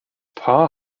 paar